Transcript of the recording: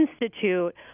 Institute